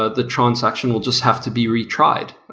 ah the transaction will just have to be retried,